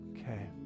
Okay